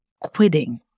quitting